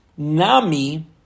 Nami